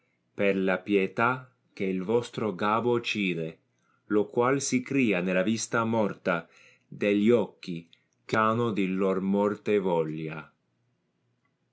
per la pietà che u vostro gdbbo occide lo qual si cria nella vista morta degli occhi e hanno di lor morte voglia